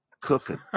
cooking